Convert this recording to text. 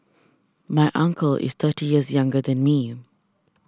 my uncle is thirty years younger than me